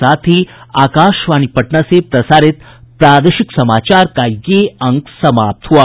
इसके साथ ही आकाशवाणी पटना से प्रसारित प्रादेशिक समाचार का ये अंक समाप्त हुआ